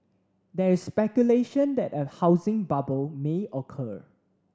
there is speculation that a housing bubble may occur